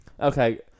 Okay